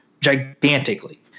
gigantically